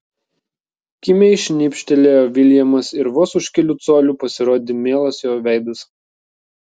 kimiai šnibžtelėjo viljamas ir vos už kelių colių pasirodė mielas jo veidas